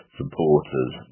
supporters